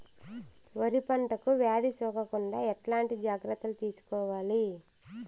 వరి పంటకు వ్యాధి సోకకుండా ఎట్లాంటి జాగ్రత్తలు తీసుకోవాలి?